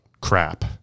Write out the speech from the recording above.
crap